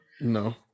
No